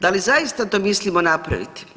Da li zaista to mislimo napraviti?